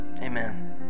amen